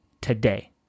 today